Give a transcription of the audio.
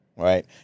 Right